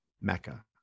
mecca